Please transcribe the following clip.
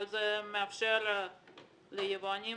אבל זה מאפשר ליבואנים